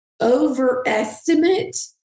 overestimate